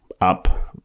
up